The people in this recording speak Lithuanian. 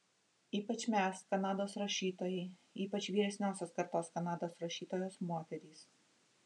ypač mes kanados rašytojai ypač vyresniosios kartos kanados rašytojos moterys